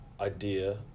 idea